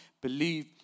believe